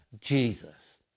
Jesus